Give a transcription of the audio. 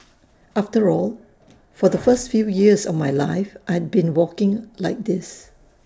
after all for the first few years of my life I'd been walking like this